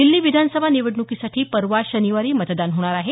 दिल्ली विधानसभा निवडणुकीसाठी परवा शनिवारी मतदान होणार आहे